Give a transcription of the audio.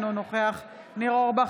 אינו נוכח ניר אורבך,